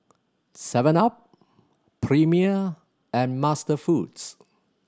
seven up Premier and MasterFoods